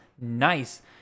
nice